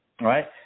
right